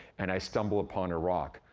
and i stumble upon a rock,